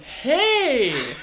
Hey